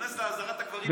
להיכנס לעזרת הגברים בכותל,